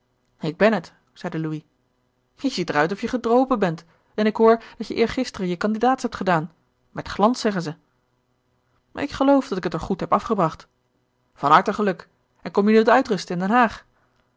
ik ben het zeide louis je ziet er uit of je gedropen bent en ik hoor datje eergisteren je kandidaats hebt gedaan met glans zeggen ze ik geloof dat ik het er goed heb afgebracht van harte geluk en kom je nu wat uitrusten in den haag